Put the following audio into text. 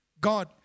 God